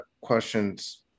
questions